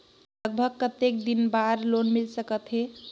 लगभग कतेक दिन बार लोन मिल सकत हे?